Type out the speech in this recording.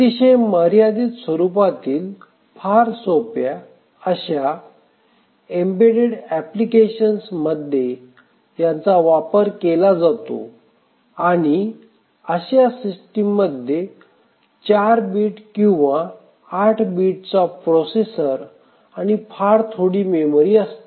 अतिशय मर्यादित स्वरूपातील फार सोप्या अशा एम्बेड्डेड ऍप्लिकेशन्स मध्ये यांचा वापर केला जातो आणि आणि अशा सिस्टीम मध्ये चार बीट किंवा आठ बीटचा प्रोसेसर आणि फार थोडी मेमरी असते